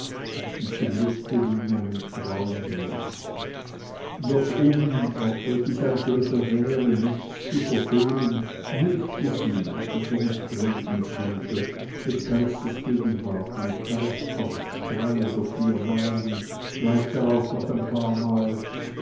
und sie blickte wie in einen traum hinein doch um auch wenn es ein solcher wäre nichts zu verfehlen nickte sie da sie nicht reden konnte mit geistesgegenwart und geisterhaft drei oder vier mal und gleich darauf noch ein paar